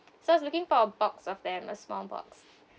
so I was looking for a box of them a small box